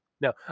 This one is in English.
No